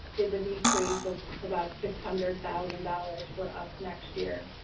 is a decrease of about six hundred thousand dollars for us next year.